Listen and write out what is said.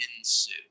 ensue